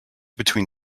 between